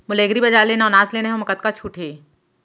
मोला एग्रीबजार ले नवनास लेना हे ओमा कतका छूट हे?